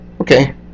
okay